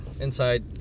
inside